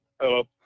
Hello